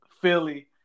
Philly